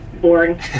boring